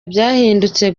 byahindutse